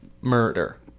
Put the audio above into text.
murder